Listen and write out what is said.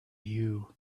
you